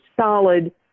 solid